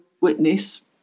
witness